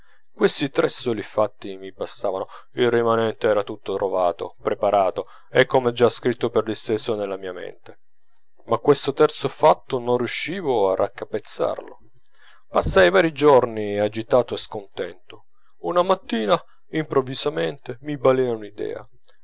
questi tre soli fatti mi bastavano il rimanente era tutto trovato preparato e come già scritto per disteso nella mia mente ma questo terzo fatto non riuscivo a raccappezzarlo passai varii giorni agitato e scontento una mattina improvvisamene mi balena un'idea